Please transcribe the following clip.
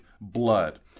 blood